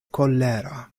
kolera